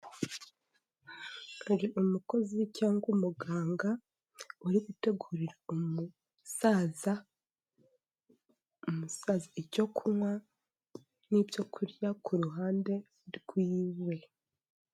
Hari umukozi cyangwa umuganga uri gutegurira umusaza icyo kunywa n'ibyo kurya ku ruhande rwiwe.